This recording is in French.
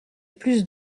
plus